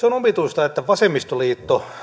on omituista että vasemmistoliitto